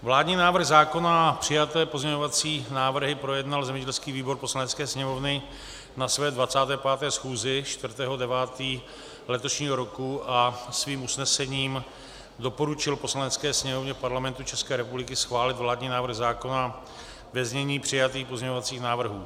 Vládní návrh zákona a přijaté pozměňovací návrhy projednal zemědělský výbor Poslanecké sněmovny na své 25. schůzi 4. 9. letošního roku a svým usnesením doporučil Poslanecké sněmovně Parlamentu České republiky schválit vládní návrh zákona ve znění přijatých pozměňovacích návrhů.